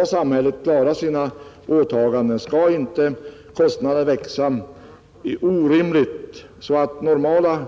Om samhället skall klara sina åtaganden och kostnaderna inte växa orimligt så att ”normala”